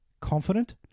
confident